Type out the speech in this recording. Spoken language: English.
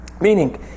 meaning